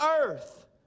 earth